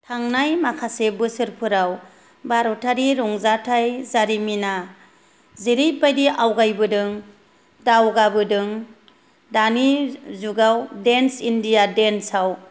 थांनाय माखासे बोसोरफोराव भारतारि रंजाथाय जारिमिना जेरैबायदि आवगायबोदों दावगाबोदों दानि जुगाव देन्स इण्डिया देन्साव